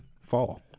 fall